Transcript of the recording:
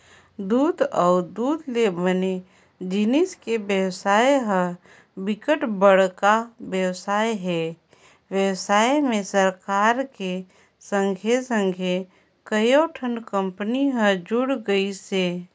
दूद अउ दूद ले बने जिनिस के बेवसाय ह बिकट बड़का बेवसाय हे, बेवसाय में सरकार के संघे संघे कयोठन कंपनी हर जुड़ गइसे